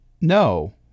no